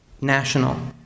national